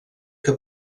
que